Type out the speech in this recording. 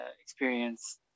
experience